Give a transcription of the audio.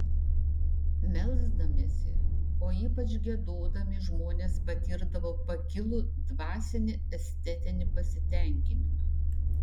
melsdamiesi o ypač giedodami žmonės patirdavo pakilų dvasinį estetinį pasitenkinimą